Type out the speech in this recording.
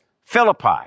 Philippi